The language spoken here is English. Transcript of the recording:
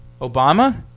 Obama